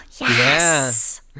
Yes